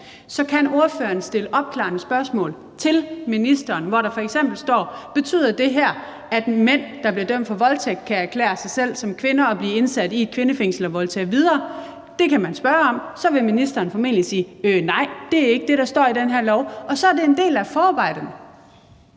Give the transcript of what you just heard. så kan ordføreren stille opklarende spørgsmål til ministeren, hvor der f.eks. står: Betyder det her, at mænd, der bliver dømt for voldtægt, kan erklære sig selv som kvinder og blive indsat i et kvindefængsel og voldtage videre? Det kan man spørge om. Så vil ministeren formentlig sige, at nej, det er ikke det, der står i den her lov. Og så er det en del af forarbejdet.